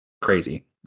crazy